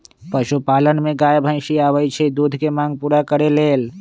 पशुपालन में गाय भइसी आबइ छइ दूध के मांग पुरा करे लेल